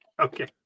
Okay